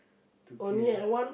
to kill